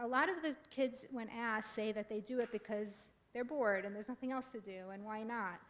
a lot of the kids when asked say that they do it because they're bored and there's nothing else to do and why not